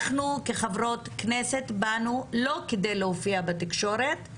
אנחנו כחברות כנסת באנו לא כדי להופיע בתקשורת,